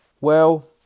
Well